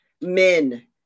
men